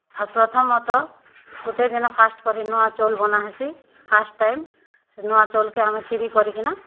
ଆଉ ପ୍ରଥମତଃ ଗୁଟେ ଦିନ ଫାଷ୍ଟ୍ କରି ନୂଆ ଚଉଲ୍ ବନାହେସି ଫାଷ୍ଟ୍ ଟାଇମ୍ ସେ ନୂଆ ଚଉଲ୍କେ ଆମେ ଖିରି କରିକିନା